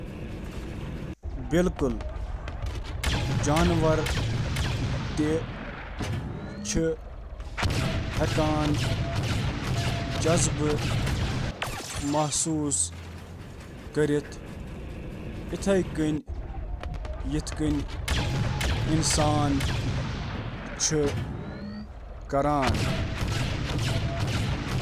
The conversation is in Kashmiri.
آ، جانور ہیکن انسانن ہنٛد پأنٹھ جذبات محسوس کرتھ: جذبات جانور چِھ تجربہٕ کران۔ جانور ہیکن مختلف جذباتن ہنٛد تجربہٕ کرتھ، بشمول خوشی، خوشی، خوف، شرم، غصہٕ، ہمدردی، احترام تہٕ ہمدردی۔